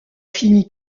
fini